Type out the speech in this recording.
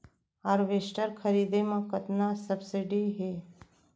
Harvester खरीदे म कतना सब्सिडी हे?